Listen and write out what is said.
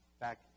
back